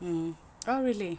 mm oh really